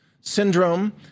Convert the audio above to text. syndrome